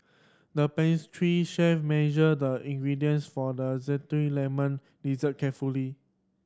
the pastry chef measured the ingredients for the zesty lemon dessert carefully